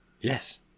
Yes